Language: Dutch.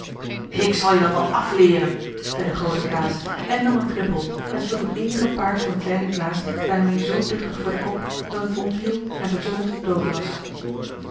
ik zal je dat wel afleeren zei de groote klaas en nam een knuppel en sloeg het eenige paard van den kleinen klaas daarmee zoo duchtig voor den kop dat het omviel en terstond dood was